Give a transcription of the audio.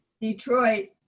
Detroit